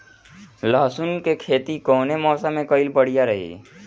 लहसुन क खेती कवने मौसम में कइल बढ़िया रही?